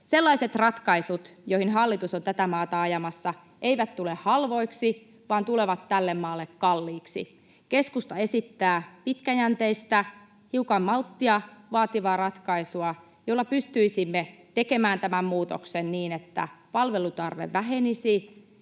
Sellaiset ratkaisut, joihin hallitus on tätä maata ajamassa, eivät tule halvoiksi vaan tulevat tälle maalle kalliiksi. Keskusta esittää pitkäjänteistä, hiukan malttia vaativaa ratkaisua, jolla pystyisimme tekemään tämän muutoksen niin, että palvelutarve vähenisi.